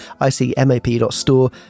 icmap.store